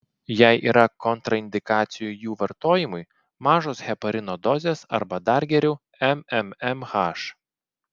jei yra kontraindikacijų jų vartojimui mažos heparino dozės arba dar geriau mmmh